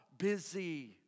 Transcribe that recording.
Busy